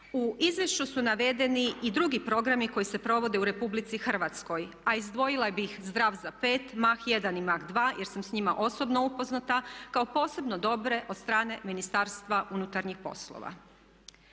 U izvješću su navedeni i drugi programi koji se provode u Republici Hrvatskoj, a izdvojila bih Zdrav za pet, Mah jedan i Mah dva jer sam s njima osobno upoznata kao posebno dobre od strane Ministarstva unutarnjih poslova.